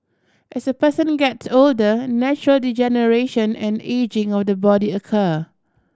as a person gets older natural degeneration and ageing of the body occur